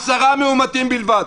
עשרה מאומתים בלבד.